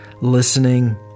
listening